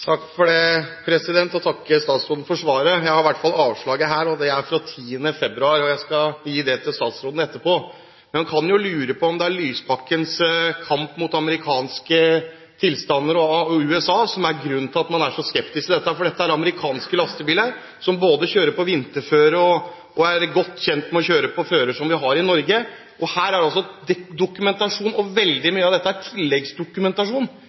Jeg vil takke statsråden for svaret. Jeg har i hvert fall avslaget her, og det er fra 10. februar. Jeg skal gi det til statsråden etterpå. Men man kan jo lure på om det er Lysbakkens kamp mot amerikanske tilstander og USA som er grunnen til at man er så skeptisk til dette, for dette er amerikanske lastebiler som kjører både på vinterføre og er godt kjent med å kjøre på føre som vi har i Norge. Her er altså dokumentasjon, og veldig mye av dette er tilleggsdokumentasjon.